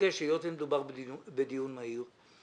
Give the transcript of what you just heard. היות ומדובר בדיון מהיר,